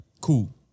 Cool